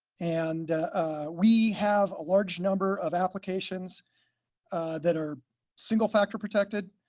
and we have a large number of applications that are single factor protected,